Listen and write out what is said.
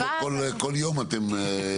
אני כבר שבועיים, כל יום אתם איתנו.